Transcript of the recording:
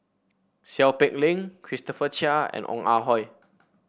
Seow Peck Leng Christopher Chia and Ong Ah Hoi